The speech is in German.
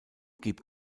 gib